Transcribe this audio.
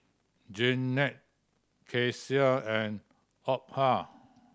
Jeannette Kecia and Opha